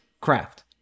craft